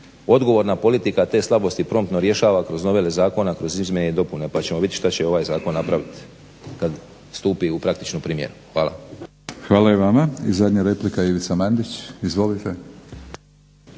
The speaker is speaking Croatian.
odgovorna politika te slabosti promptno rješava kroz novele zakona, kroz izmjene i dopune pa ćemo vidjeti šta će ovaj zakon napraviti kad stupi u praktičnu primjenu. Hvala. **Batinić, Milorad (HNS)** Hvala i vama. I zadnja replika, Ivica Mandić. Izvolite.